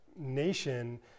nation